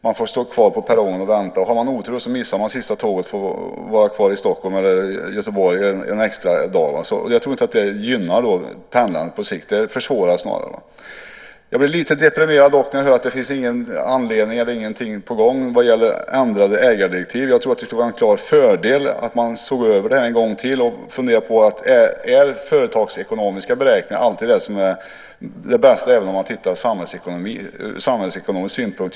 Man får stå kvar på perrongen och vänta, och har man otur missar man sista tåget och får vara kvar i Stockholm eller Göteborg en extra dag. Det gynnar inte pendlandet på sikt utan försvårar det snarare. Jag blir dock lite deprimerad när jag hör att det inte finns någonting på gång vad gäller ändrade ägardirektiv. Jag tror att det skulle vara en klar fördel att se över detta en gång till och fundera om företagsekonomiska beräkningar alltid är det bästa även ur samhällsekonomisk synpunkt.